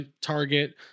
Target